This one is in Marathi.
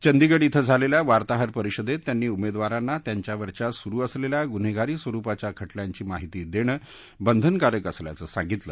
चंदीगढ क्रि झालेल्या वार्ताहर परिषदेत त्यांनी उमेदवारांना त्यांच्यावरच्या सुरु असलेल्या गुन्हेगारी स्वरुपाच्या खटल्याची माहिती देणं बंधनकारक असल्याचं सांगितलं